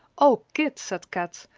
o kit, said kat,